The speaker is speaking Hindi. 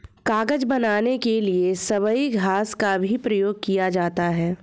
कागज बनाने के लिए सबई घास का भी प्रयोग किया जाता है